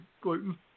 gluten